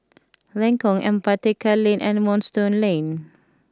Lengkong Empat Tekka Lane and Moonstone Lane